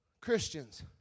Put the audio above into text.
Christians